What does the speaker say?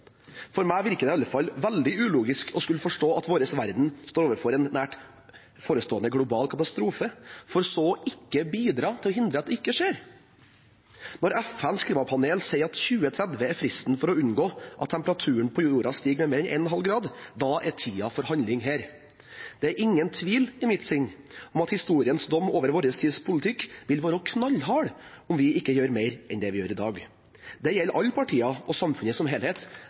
For meg virker det i alle fall veldig ulogisk å skulle forstå at vår verden står overfor en nært forestående global katastrofe, for så å ikke bidra til å hindre at det skjer. Når FNs klimapanel sier at 2030 er fristen for å unngå at temperaturen på jorden stiger med mer enn 1,5 grader, er tiden for handling her. Det er ingen tvil i mitt sinn om at historiens dom over vår tids politikk vil være knallhard, om vi ikke gjør mer enn det vi gjør i dag. Det gjelder alle partier og samfunnet som helhet,